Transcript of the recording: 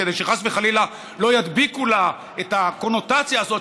כדי שחס וחלילה לא ידביקו לה את הקונוטציה הזאת,